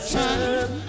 time